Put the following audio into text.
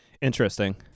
Interesting